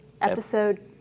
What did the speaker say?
episode